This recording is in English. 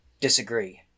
disagree